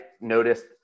noticed